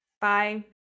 Bye